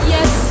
Yes